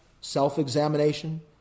self-examination